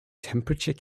temperature